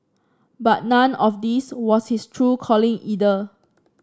but none of this was his true calling either